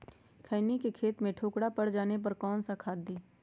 खैनी के खेत में ठोकरा पर जाने पर कौन सा खाद दी?